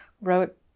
wrote